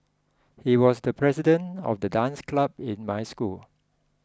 he was the president of the dance club in my school